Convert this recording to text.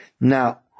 now